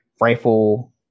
rifle